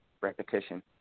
repetition